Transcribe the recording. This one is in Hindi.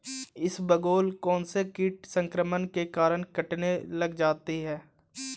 इसबगोल कौनसे कीट संक्रमण के कारण कटने लग जाती है?